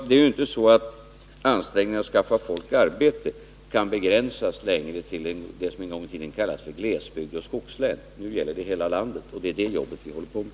Ansträngningarna att skaffa folk arbete kan inte längre begränsas till det som en gång i tiden kallades glesbygd och skogslän. Nu gäller det hela landet. Det är det jobbet som vi håller på med.